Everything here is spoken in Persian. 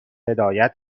هدایت